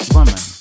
Woman